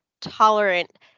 tolerant